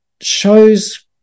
shows